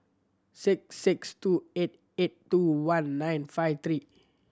six six two eight eight two one nine five three